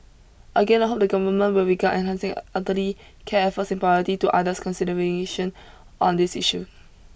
again I hope the Government will regard enhancing elderly care efforts in priority to others consideration on this issue